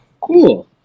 Cool